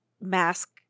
mask